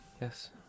Yes